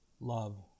Love